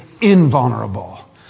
invulnerable